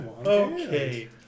Okay